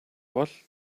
бол